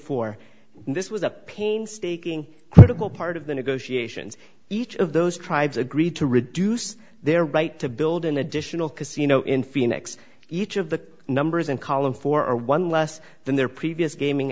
four this was a painstaking critical part of the negotiations each of those tribes agreed to reduce their right to build an additional casino in phoenix each of the numbers in column four or one less than their previous gaming